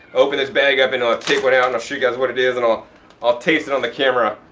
open this bag up and i'll ah take one out and i'll show you guys what it is and i'll i'll taste it on the camera.